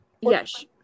Yes